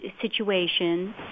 situation